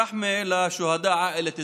(אומר בערבית: רחמי האל על משפחת דוואבשה,)